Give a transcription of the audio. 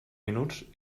minuts